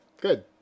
Good